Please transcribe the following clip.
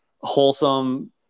wholesome